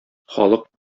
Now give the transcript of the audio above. халык